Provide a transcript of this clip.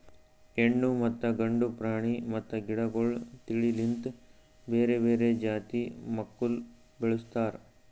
ಹೆಣ್ಣು ಮತ್ತ ಗಂಡು ಪ್ರಾಣಿ ಮತ್ತ ಗಿಡಗೊಳ್ ತಿಳಿ ಲಿಂತ್ ಬೇರೆ ಬೇರೆ ಜಾತಿ ಮಕ್ಕುಲ್ ಬೆಳುಸ್ತಾರ್